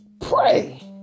Pray